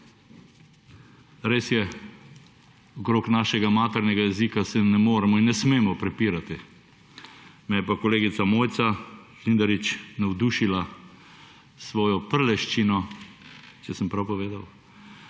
Res je, okoli našega maternega jezika se ne moremo in ne smemo prepirati. Me je pa kolegica Mojca Žnidarič navdušila s svojo prleščino, saj sem prav povedal,